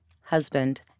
husband